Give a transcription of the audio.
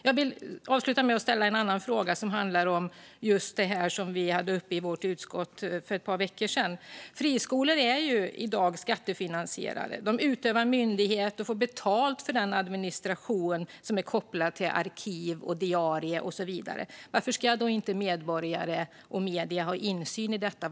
Jag vill avsluta med att ställa en annan fråga, som handlar om något vi hade uppe i vårt utskott för ett par veckor sedan. Friskolor är i dag skattefinansierade. De utövar myndighet och får betalt för den administration som är kopplad till arkiv, diarier och så vidare. Varför ska då inte medborgare och medier ha insyn i detta?